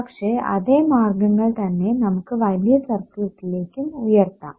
പക്ഷേ അതേ മാർഗ്ഗങ്ങൾ തന്നെ നമുക്ക് വലിയ സർക്യൂട്ടിലേക്കും ഉയർത്താം